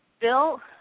Bill